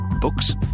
Books